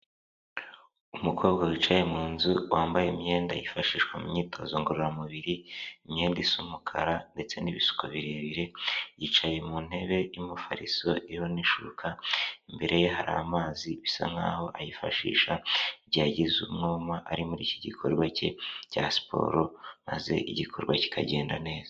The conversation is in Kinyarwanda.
Umukobwa wicaye mu nzu wambaye imyenda yifashishwa mu myitozo ngororamubiri, imyenda isa umukara ndetse n'ibisuko birebire, yicaye mu ntebe y'umufariso iriho n'ishuka imbere ye hari amazi bisa nk'aho ayifashisha iyo agize umwuma ari muri iki gikorwa cye cya siporo maze igikorwa kikagenda neza.